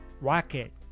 rocket